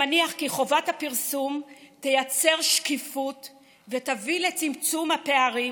שמניח כי חובת הפרסום תייצר שקיפות ותביא לצמצום הפערים,